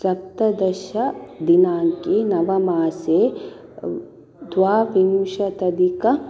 सप्तदशदिनाङ्के नवममासे द्वाविंशतधिक